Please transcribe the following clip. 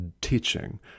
teaching